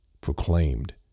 Proclaimed